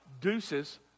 deuces